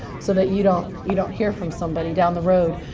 so that you don't you don't hear from somebody down the road.